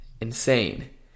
Insane